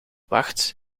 wacht